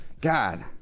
God